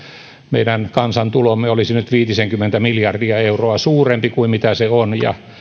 meidän kansantulomme olisi nyt viitisenkymmentä miljardia euroa suurempi kuin mitä se on ja